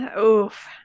Oof